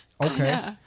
Okay